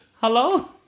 Hello